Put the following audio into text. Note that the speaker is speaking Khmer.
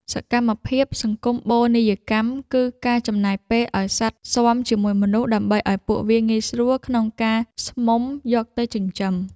សកម្មភាព សង្គមបូនីយកម្ម គឺការចំណាយពេលឱ្យសត្វស៊ាំជាមួយមនុស្ស ដើម្បីឱ្យពួកវាងាយស្រួលក្នុងការស្មុំយកទៅចិញ្ចឹម។